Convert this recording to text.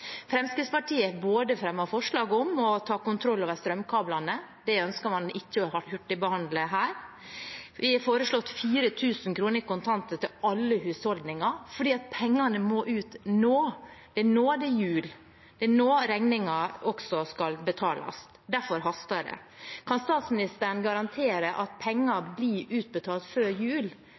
Fremskrittspartiet har fremmet forslag om å ta kontroll over strømkablene – det ønsker man ikke å hastebehandle her. Vi har foreslått 4 000 kr i kontanter til alle husholdninger fordi pengene må ut nå. Det er nå det er jul, det er nå regningene også skal betales, og derfor haster det. Kan statsministeren garantere at penger blir utbetalt før jul,